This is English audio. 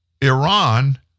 Iran